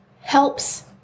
helps